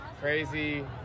crazy